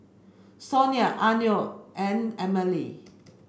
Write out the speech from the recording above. Sonia Arno and Emmalee